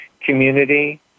community